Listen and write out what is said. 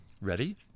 Ready